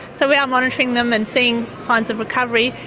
so we are monitoring them and seeing signs of recovery.